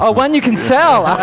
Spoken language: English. ah one you can sell!